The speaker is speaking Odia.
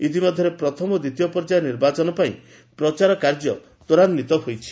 ଇତିମଧ୍ୟରେ ପ୍ରଥମ ଓ ଦ୍ୱିତୀୟ ପର୍ଯ୍ୟାୟ ନିର୍ବାଚନ ପାଇଁ ପ୍ରଚାରକାର୍ଯ୍ୟ ତ୍ୱରାନ୍ୱିତ ହୋଇଛି